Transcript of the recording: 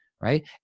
right